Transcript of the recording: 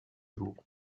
jour